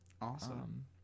awesome